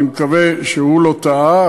אני מקווה שהוא לא טעה,